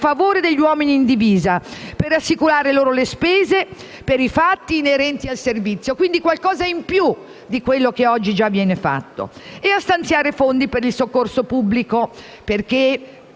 in favore degli uomini in divisa, per assicurare loro le spese per i fatti inerenti al servizio, quindi qualcosa in più di quello che oggi già viene fatto. Chiediamo altresì che siano stanziati fondi per il soccorso pubblico, perché